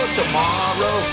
tomorrow